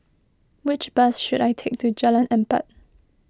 which bus should I take to Jalan Empat